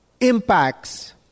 impacts